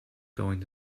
going